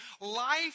Life